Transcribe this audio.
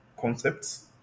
concepts